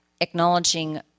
Acknowledging